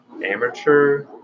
Amateur